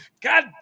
God